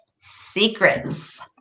secrets